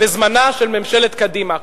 בזמנה של ממשלת קדימה.